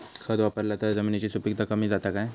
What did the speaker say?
खत वापरला तर जमिनीची सुपीकता कमी जाता काय?